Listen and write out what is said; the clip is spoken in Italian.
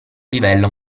livello